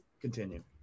Continue